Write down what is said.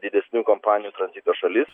didesnių kompanijų tranzito šalis